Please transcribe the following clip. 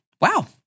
Wow